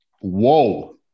Whoa